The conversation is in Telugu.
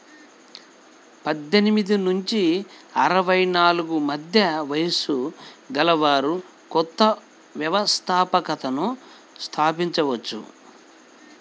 పద్దెనిమిది నుంచి అరవై నాలుగు మధ్య వయస్సు గలవారు కొత్త వ్యవస్థాపకతను స్థాపించవచ్చు